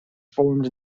formed